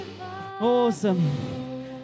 awesome